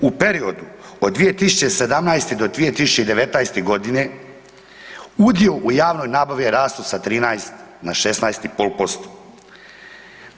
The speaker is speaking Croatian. U periodu od 2017. do 2019. g. udio u javnoj nabavi je rastao sa 13 na 16,5%